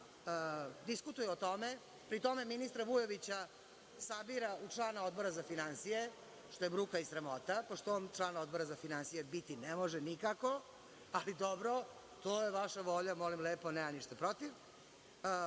diskutuju o tome, pri tome, ministra Vujovića sabira u člana Odbora za finansije što je bruka i sramota, pošto on član Odbora za finansije biti ne može nikako, ali dobro to je vaša volja, nemam ništa protiv,